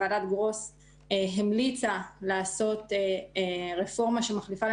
ועדת גרוס המליצה לעשות רפורמה שמחליפה את